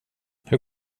hur